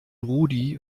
rudi